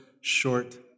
short